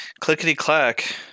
Clickety-clack